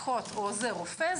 אחות או עוזר רופא,